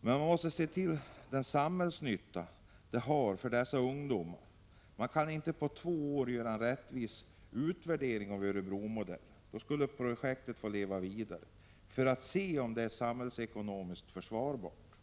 men man måste se till den samhällsnytta som uppnås. Efter en försöksverksamhet under två år kan man inte göra en rättvisande utvärdering av Örebromodellen. Projektet måste få leva vidare för att man skall kunna bedöma om det är samhällsekonomiskt försvarbart.